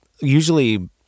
usually